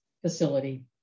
facility